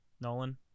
Nolan